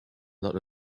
lot